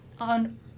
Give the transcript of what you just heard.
on